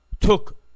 took